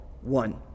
one